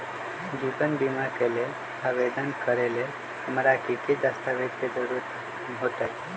जीवन बीमा के लेल आवेदन करे लेल हमरा की की दस्तावेज के जरूरत होतई?